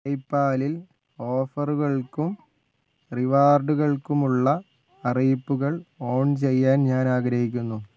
പേയ്പാലിൽ ഓഫറുകൾക്കും റിവാർഡുകൾക്കുമുള്ള അറിയിപ്പുകൾ ഓൺ ചെയ്യാൻ ഞാൻ ആഗ്രഹിക്കുന്നു